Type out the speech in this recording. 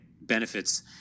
benefits